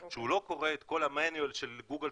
שהוא לא קורא את כל ה-manual של גוגל,